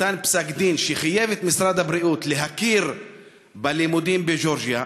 והוא נתן פסק-דין שחייב את משרד הבריאות להכיר בלימודים בגאורגיה.